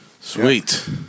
Sweet